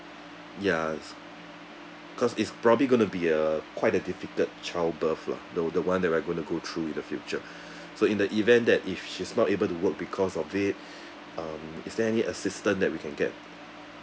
ya it's because it's probably gonna be uh quite a difficult childbirth lah the the one that we're gonna go through in the future so in the event that if she's not able to work because of it um is there any assistant that we can get